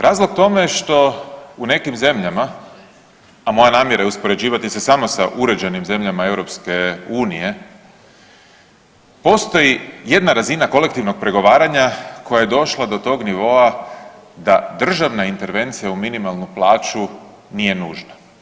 Razlog tome što u nekim zemljama, a moja namjera je uspoređivati se samo sa uređenim zemljama EU, postoji jedna razina kolektivnog pregovaranja koja je došla do tog nivoa da državna intervencija u minimalnu plaću nije nužna.